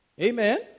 Amen